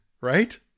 right